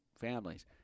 families